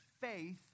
faith